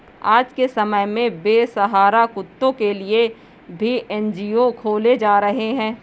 आज के समय में बेसहारा कुत्तों के लिए भी एन.जी.ओ खोले जा रहे हैं